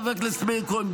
חבר הכנסת מאיר כהן,